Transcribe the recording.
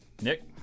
Nick